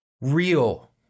real